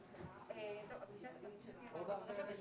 שם אין שום